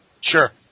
Sure